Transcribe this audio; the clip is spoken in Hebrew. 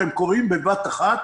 והם קורים בבת אחת.